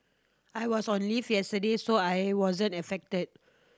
I was on leave yesterday so I wasn't affected